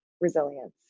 resilience